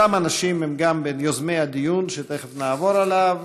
אותם אנשים הם גם בין יוזמי הדיון שתכף נעבור אליו,